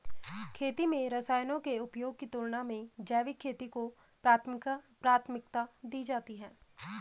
खेती में रसायनों के उपयोग की तुलना में जैविक खेती को प्राथमिकता दी जाती है